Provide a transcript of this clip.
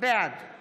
בעד יעל רון